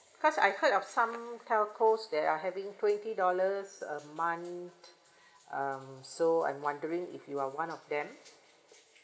cause I heard of some telcos they are having twenty dollars a month um so I'm wondering if you are one of them